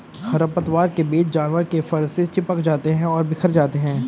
खरपतवार के बीज जानवर के फर से चिपक जाते हैं और बिखर जाते हैं